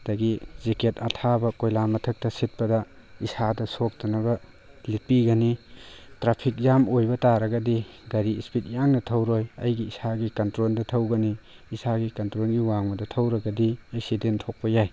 ꯑꯗꯒꯤ ꯖꯦꯀꯦꯠ ꯑꯊꯥꯕ ꯀꯣꯏꯂꯥ ꯃꯊꯛꯇ ꯁꯤꯠꯄꯗ ꯏꯁꯥꯗ ꯁꯣꯛꯇꯅꯕ ꯂꯤꯠꯄꯤꯒꯅꯤ ꯇ꯭ꯔꯥꯐꯤꯛ ꯖꯥꯝ ꯑꯣꯏꯕ ꯇꯥꯔꯒꯗꯤ ꯒꯥꯔꯤ ꯏꯁꯄꯤꯠ ꯌꯥꯡꯅ ꯊꯧꯔꯣꯏ ꯑꯩꯒꯤ ꯏꯁꯥꯒꯤ ꯀꯟꯇ꯭ꯔꯣꯜꯗ ꯊꯧꯒꯅꯤ ꯏꯁꯥꯒꯤ ꯀꯟꯇ꯭ꯔꯣꯜꯒꯤ ꯋꯥꯡꯃꯗ ꯊꯧꯔꯒꯗꯤ ꯑꯦꯛꯁꯤꯗꯦꯟ ꯊꯣꯛꯄ ꯌꯥꯏ